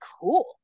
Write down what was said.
cool